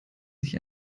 sich